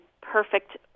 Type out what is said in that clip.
perfect